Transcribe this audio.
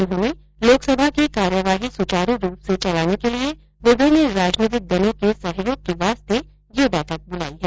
उन्होंने लोकसभा की कार्यवाही सुचारू रूप से चलाने के लिए विभिन्न राजनीतिक दलों के सहयोग के लिये यह बैठक बुलाई है